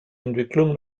entwicklung